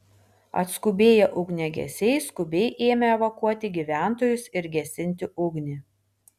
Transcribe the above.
atskubėję ugniagesiai skubiai ėmė evakuoti gyventojus ir gesinti ugnį